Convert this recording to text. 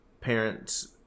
parents